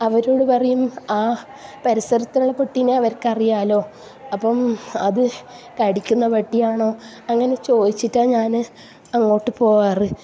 അവരോട് പറയും ആ പരിസരത്തുള്ള പട്ടീനെ അവരിക്കറിയാല്ലോ അപ്പം അത് കടിക്കുന്ന പട്ടിയാണോ അങ്ങനെ ചോയിച്ചിട്ടാണ് ഞാൻ അങ്ങോട്ട് പോകാറ്